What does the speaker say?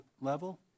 level